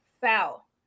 foul